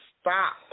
stop